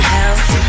health